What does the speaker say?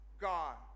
god